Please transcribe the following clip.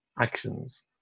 actions